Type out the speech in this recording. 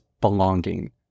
belonging